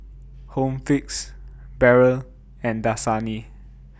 Home Fix Barrel and Dasani